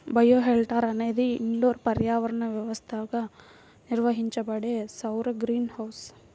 bioshelter అనేది indoor పర్యావరణ వ్యవస్థగా నిర్వహించబడే సౌర గ్రీన్ హౌస్